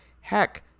Heck